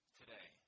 today